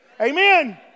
Amen